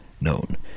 known